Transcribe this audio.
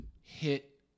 hit